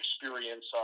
experience